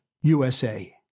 USA